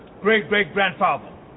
great-great-grandfather